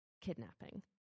kidnapping